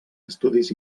estudis